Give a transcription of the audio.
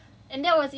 ya